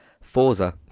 Forza